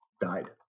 died